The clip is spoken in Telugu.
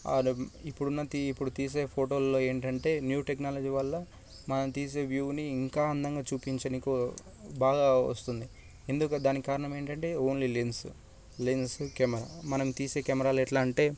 ఇప్పుడున్న తీ ఇప్పుడు తీసే ఫోటోల్లో ఏంటంటే న్యూ టెక్నాలజీ వల్ల మనం తీసే వ్యూని ఇంకా అందంగా చూపించనీకి వ బాగా వస్తుంది ఎందుకు దానికి కారణం ఏంటంటే ఓన్లీ లెన్స్ లెన్స్ కెమెరా మనం తీసే కెమెరాలు ఎట్లా అంటే